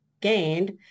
gained